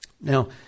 Now